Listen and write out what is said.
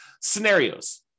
scenarios